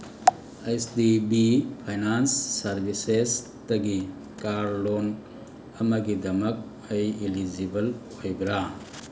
ꯑꯩꯁ D B finance ꯁꯥꯔꯚꯤꯁꯦꯁꯇꯒꯤ car loan ꯑꯃꯒꯤꯗꯃꯛ ꯑꯩ ꯑꯦꯂꯤꯖꯤꯕꯜ ꯑꯣꯏꯕꯔꯥ